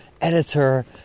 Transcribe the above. editor